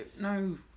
no